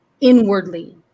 inwardly